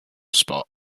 spot